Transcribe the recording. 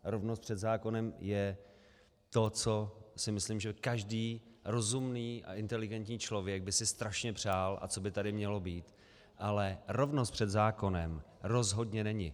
Rovnost před zákonem je to, co si myslím, že každý rozumný a inteligentní člověk by si strašně přál a co by tady mělo být, ale rovnost před zákonem rozhodně není.